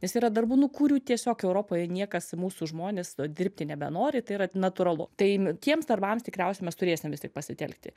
nes yra darbų nu kurių tiesiog europoje niekas mūsų žmonės dirbti nebenori tai yra natūralu tai tiems darbams tikriausiai mes turėsim vis tik pasitelkti